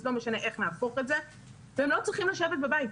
לא משנה איך נהפוך את זה והם לא צריכים לשבת בבית,